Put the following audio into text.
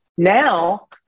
Now